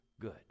good